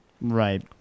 right